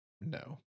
no